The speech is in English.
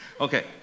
okay